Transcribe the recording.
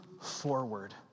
forward